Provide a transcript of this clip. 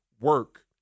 work